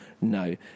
no